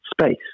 space